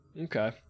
Okay